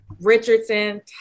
Richardson